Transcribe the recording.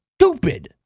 stupid